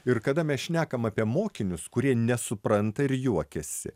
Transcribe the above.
ir kada mes šnekam apie mokinius kurie nesupranta ir juokiasi